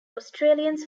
australians